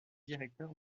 directeur